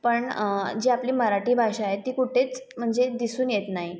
पण जी आपली मराठी भाषा आहे ती कुठेच म्हणजे दिसून येत नाही